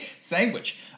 Sandwich